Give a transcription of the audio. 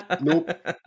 Nope